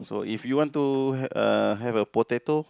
so if you want to uh have a potato